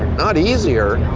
not easier!